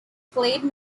played